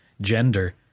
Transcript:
gender